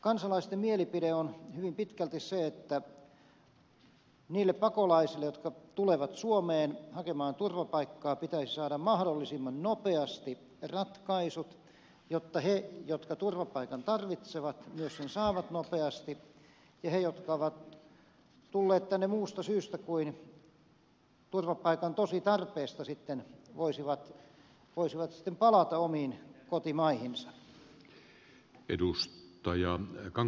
kansalaisten mielipide on hyvin pitkälti se että niille pakolaisille jotka tulevat suomeen hakemaan turvapaikkaa pitäisi saada mahdollisimman nopeasti ratkaisut jotta he jotka turvapaikan tarvitsevat myös sen saavat nopeasti ja he jotka ovat sitten tulleet tänne muusta syystä kuin turvapaikan tosi tarpeesta voisivat sitten palata omiin kotimaihinsa